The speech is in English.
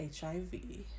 hiv